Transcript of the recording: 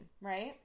right